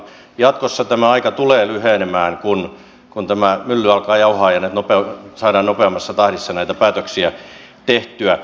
jatkossa tämä aika tulee lyhenemään kun tämä mylly alkaa jauhaa ja saadaan nopeammassa tahdissa näitä päätöksiä tehtyä